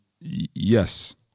yes